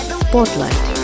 spotlight